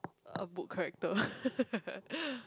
a book character